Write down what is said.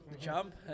jump